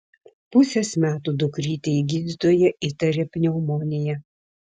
pusės metų dukrytei gydytoja įtaria pneumoniją